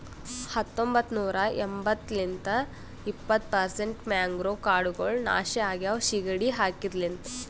ಹತೊಂಬತ್ತ ನೂರಾ ಎಂಬತ್ತು ಲಿಂತ್ ಇಪ್ಪತ್ತು ಪರ್ಸೆಂಟ್ ಮ್ಯಾಂಗ್ರೋವ್ ಕಾಡ್ಗೊಳ್ ನಾಶ ಆಗ್ಯಾವ ಸೀಗಿಡಿ ಸಾಕಿದ ಲಿಂತ್